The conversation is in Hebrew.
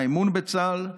האמון בצה"ל,